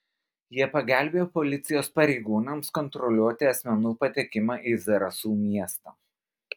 jie pagelbėjo policijos pareigūnams kontroliuoti asmenų patekimą į zarasų miestą